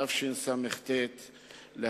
התשס"ט 2009,